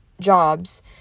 jobs